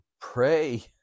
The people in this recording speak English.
pray